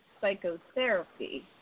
psychotherapy